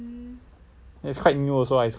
it's quite new also ah his